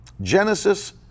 Genesis